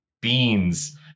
beans